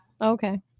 Okay